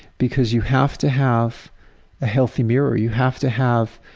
because you have to have a healthy mirror. you have to have